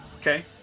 Okay